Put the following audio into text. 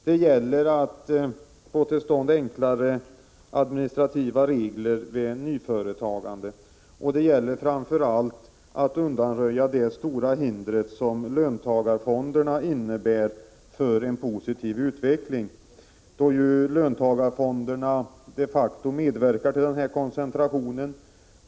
Det gäller också att få till stånd enklare administrativa regler för nyföretagande, och det gäller framför allt att undanröja det stora hinder som löntagarfonderna utgör för en positiv utveckling. Löntagarfonderna medverkar de facto till koncentrationen.